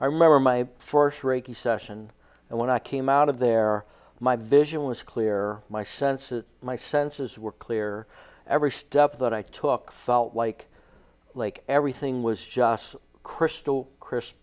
i remember my fourth reiki session and when i came out of there my vision was clear my senses my senses were clear every step that i took felt like like everything was just crystal crystal